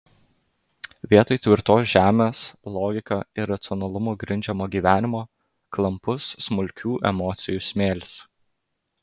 vietoj tvirtos žemės logika ir racionalumu grindžiamo gyvenimo klampus smulkių emocijų smėlis